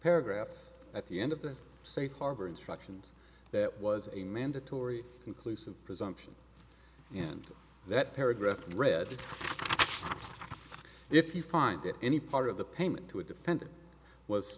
paragraph at the end of the safe harbor instructions that was a mandatory conclusive presumption and that paragraph read if you find it any part of the payment to a defendant was